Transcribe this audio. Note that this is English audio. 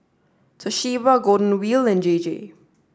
Toshiba Golden Wheel and J J